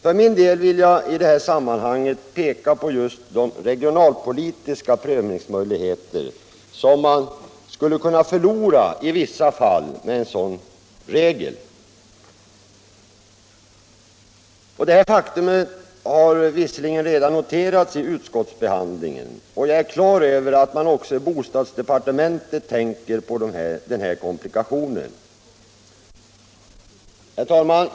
För min del vill jag i det här sammanhanget peka på just de regionalpolitiska prövningsmöjligheter som man med en sådan regel skulle kunna förlora i vissa fall. Detta faktum har visserligen redan noterats vid utskottsbehandlingen, och jag har klart för mig att man också i bostadsdepartementet tänker på den här komplikationen. Herr talman!